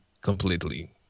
completely